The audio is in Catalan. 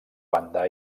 banda